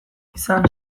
izan